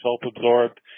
self-absorbed